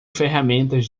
ferramentas